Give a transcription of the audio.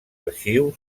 arxiu